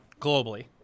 globally